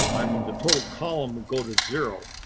i mean, the total column, go to zero.